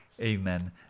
amen